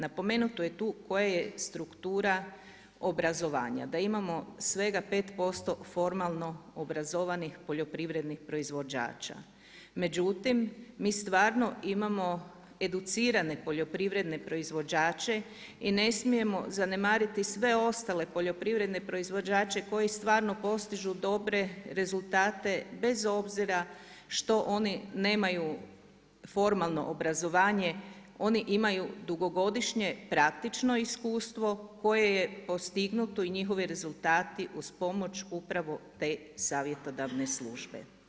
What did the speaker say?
Napomenuto je tu koja je struktura obrazovanja, da imamo svega 5% formalno obrazovanih poljoprivrednih proizvođača, međutim mi stvarno imamo educirane poljoprivredne proizvođače i ne smijemo zanemariti ostale poljoprivredne proizvođače koji stvarno postižu dobre rezultate bez obzira što oni nemaju formalno obrazovanje, oni imaju dugogodišnje praktično iskustvo koje je postignuto i njihovi rezultati uz pomoć upravo te savjetodavne službe.